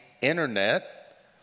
internet